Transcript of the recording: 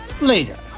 later